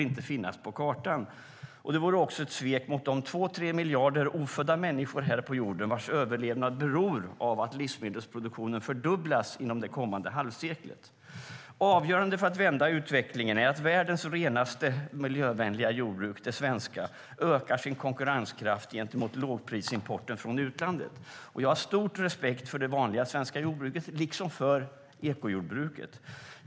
Det vore också ett svek mot de två tre miljarder ofödda människor här på jorden vars överlevnad är beroende av att livsmedelsproduktionen fördubblas inom det kommande halvseklet. Avgörande för att vända utvecklingen är att världens renaste, miljövänliga jordbruk - det svenska - ökar sin konkurrenskraft gentemot lågprisimporten från utlandet. Jag har stor respekt för det vanliga svenska jordbruket, liksom för ekojordbruket.